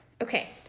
Okay